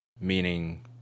meaning